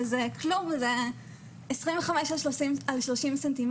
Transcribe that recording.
שזה כלוב 25 על 30 ס"מ,